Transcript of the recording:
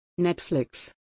Netflix